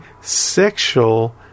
sexual